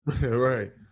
right